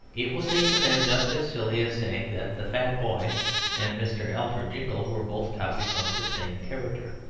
it will seem to them just as silly as saying that the fat boy and mr. alfred jingle were both copied from the same character.